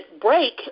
break